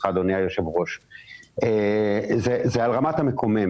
זה על רמת המקומם.